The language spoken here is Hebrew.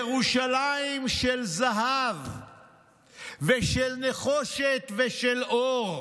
ירושלים של זהב ושל נחושת ושל אור.